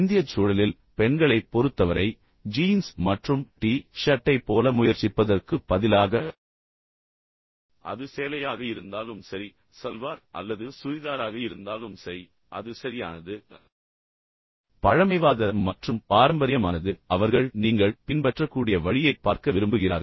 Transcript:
இந்தியச் சூழலில் பெண்களைப் பொறுத்தவரை ஜீன்ஸ் மற்றும் டி ஷர்ட்டைப் போல முயற்சிப்பதற்குப் பதிலாக அது சேலையாக இருந்தாலும் சரி சல்வார் அல்லது சூரிடாராக இருந்தாலும் சரி அது சரியானது பழமைவாத மற்றும் பாரம்பரியமானது ஏனெனில் அவர்கள் நீங்கள் பின்பற்றக்கூடிய வழியைப் பார்க்க விரும்புகிறார்கள்